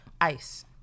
ice